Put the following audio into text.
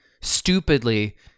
stupidly